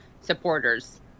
supporters